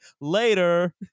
Later